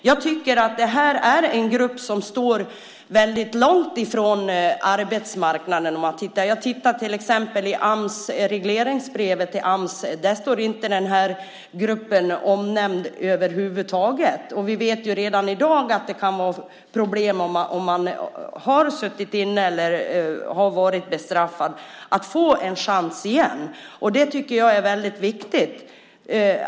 Jag tycker att det här är en grupp som står väldigt långt från arbetsmarknaden. Jag tittade till exempel i regleringsbrevet till Ams. Där står inte den här gruppen omnämnd över huvud taget. Vi vet ju redan i dag att det, om man har suttit inne eller har varit bestraffad, kan vara problem att få en chans igen. Och det tycker jag är väldigt viktigt.